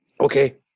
Okay